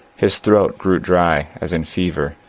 his throat grew dry as in fever,